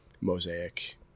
mosaic